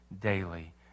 daily